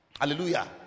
hallelujah